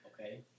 Okay